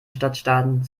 stadtstaaten